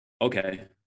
okay